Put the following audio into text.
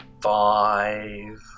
Five